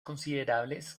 considerables